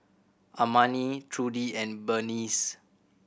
Armani Trudi and Berneice